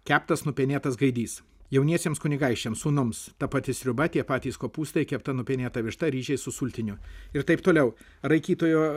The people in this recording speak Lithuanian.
keptas nupenėtas gaidys jauniesiems kunigaikščiams sūnums ta pati sriuba tie patys kopūstai kepta nupenėta višta ryžiai su sultiniu ir taip toliau raikytojo